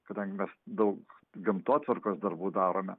kadangi mes daug gamtotvarkos darbų darome